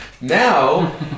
now